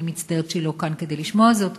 ואני מצטערת שהיא לא כאן כדי לשמוע זאת,